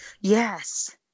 yes